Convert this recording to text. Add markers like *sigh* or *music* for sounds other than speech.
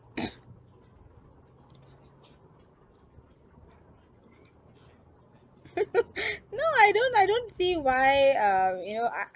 *coughs* *laughs* no I don't I don't see why um you know I